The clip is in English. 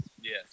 Yes